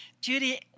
Judy